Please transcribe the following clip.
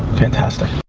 fantastic.